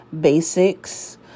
basics